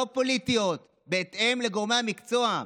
לא פוליטיות, בהתאם לגורמי המקצוע.